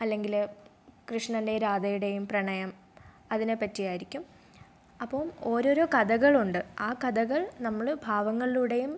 അല്ലെങ്കിൽ കൃഷ്ണൻ്റെയും രാധയുടെയും പ്രണയം അതിനെ പറ്റി ആയിരിക്കും അപ്പം ഓരോരോ കഥകളുണ്ട് ആ കഥകൾ നമ്മൾ ഭാവങ്ങളിലൂടെയും